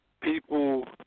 people